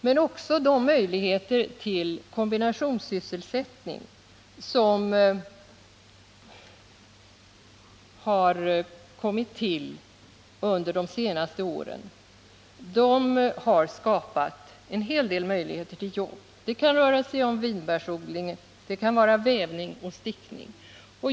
Men också de möjligheter till kombinationssysselsättningar som kommit till har skapat en hel del jobb. Det kan röra sig om vinbärsodling, och det kan vara vävning eller stickning.